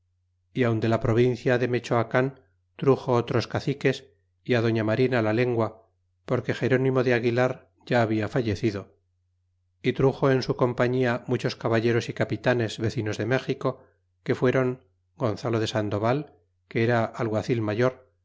y aun de la provincia de mechoacan truxo otros caciques y á doña marina la lengua porque gerónimo de aguilar ya habla fallecido y truxo en su compañia muchos caballeros y capitanes vecinos de méxico que fuéron gonzalo de sandoval que era alguacil mayor